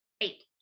Eight